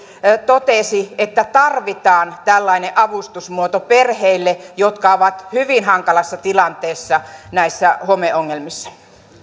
totesi että tarvitaan tällainen avustusmuoto perheille jotka ovat hyvin hankalassa tilanteessa näissä homeongelmissa